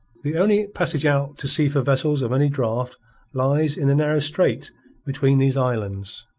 the only passage out to sea for vessels of any draught lies in the narrow strait between these islands.